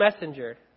messenger